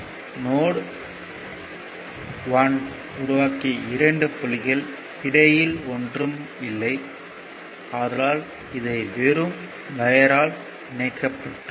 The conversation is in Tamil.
நோட் 1 உருவாக்கிய இரண்டு புள்ளிகளின் இடையில் ஒன்றும் இல்லை ஆதலால் இதை வெறும் வையர் ஆல் இணைக்கப்பட்டுள்ளது